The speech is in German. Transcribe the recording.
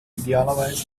idealerweise